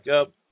up